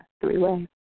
three-way